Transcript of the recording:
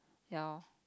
ya lor